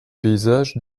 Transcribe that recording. paysages